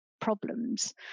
problems